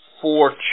four